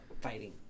fighting